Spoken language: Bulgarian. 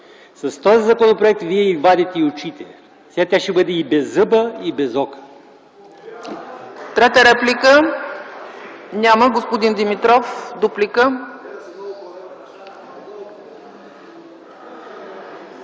с този законопроект вие й вадите и очите! Сега тя ще бъде и беззъба и безока!